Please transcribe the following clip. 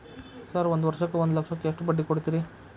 Sir ಒಂದು ವರ್ಷಕ್ಕ ಒಂದು ಲಕ್ಷಕ್ಕ ಎಷ್ಟು ಬಡ್ಡಿ ಕೊಡ್ತೇರಿ?